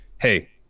hey